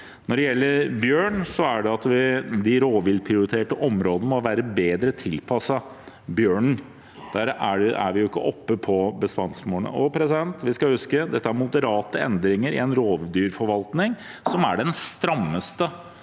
Når det gjelder bjørn, må de rovviltprioriterte områdene være bedre tilpasset bjørnen. Der er vi jo ikke oppe på bestandsmålene. Vi skal huske at dette er moderate endringer i en rovdyrforvaltning som er den strammeste